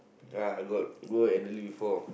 I got go go elderly before